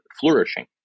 flourishing